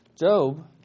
Job